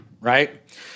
right